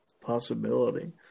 possibility